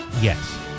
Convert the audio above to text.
yes